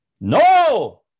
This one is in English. No